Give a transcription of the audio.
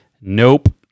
nope